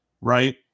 right